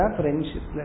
friendship